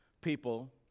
people